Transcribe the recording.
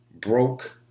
broke